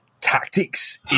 tactics